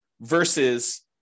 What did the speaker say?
versus